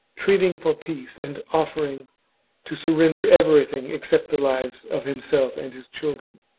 entreating for peace and offering to surrender everything except the lives of himself and his children.